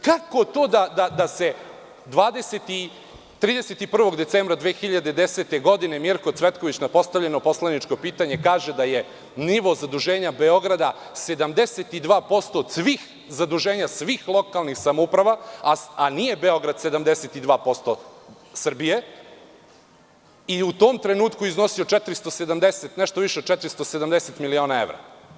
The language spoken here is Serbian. Kako to da se 31. decembra 2010. godine Mirko Cvetković na postavljeno poslaničko pitanje kaže da je nivo zaduženja Beograda 72% od svih zaduženja lokalnih samouprava, a nije Beograd 72% Srbije i u tom trenutku iznosio nešto više od 470 miliona evra.